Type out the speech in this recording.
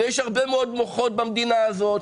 ויש הרבה מאוד מוחות במדינה הזאת.